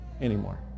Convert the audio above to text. anymore